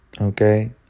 Okay